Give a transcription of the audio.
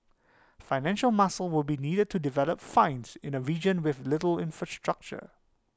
financial muscle will be needed to develop finds in A region with little infrastructure